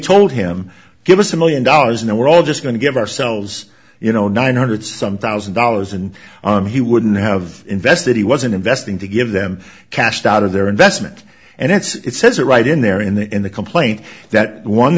told him give us a million dollars now we're all just going to give ourselves you know nine hundred some thousand dollars and he wouldn't have invested he wasn't investing to give them cashed out of their investment and it's says it right in there in the in the complaint that one